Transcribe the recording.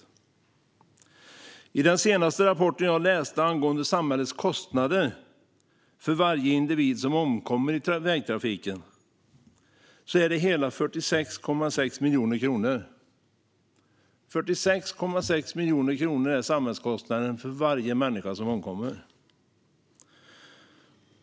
Enligt den senaste rapporten jag läste angående samhällets kostnad för varje individ som omkommer i vägtrafiken är den hela 46,6 miljoner kronor. 46,6 miljoner kronor är samhällskostnaden för varje människa som omkommer!